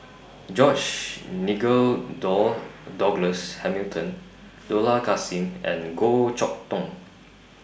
George Nigel Door Douglas Hamilton Dollah Kassim and Goh Chok Tong